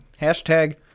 Hashtag